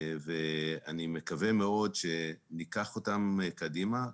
אני מקווה מאוד שניקח אותם קדימה.